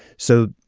so